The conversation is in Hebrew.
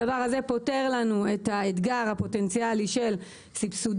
הדבר הזה פותר לנו את האתגר הפוטנציאלי של סבסודים